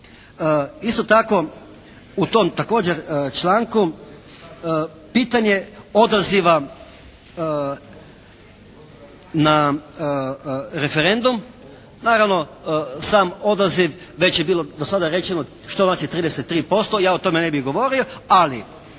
Isto tako u tom također članku pitanje odaziva na referendum. Naravno sam odaziv već je bilo do sada rečeno što znači 33%, ja o tome ne bih govorio, ali